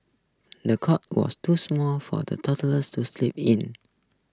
the cot was too small for the toddlers to sleep in